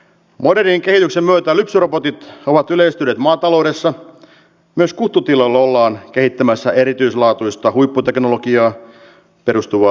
modernein keinosen voiton robotit ovat olleet maataloudessa se myös kuttutiloilla ollaan kehittämässä erityislaatuista huipputeknologiaan perustuvaa